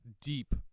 deep